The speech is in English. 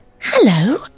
Hello